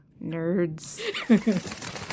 nerds